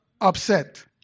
upset